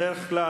בדרך כלל,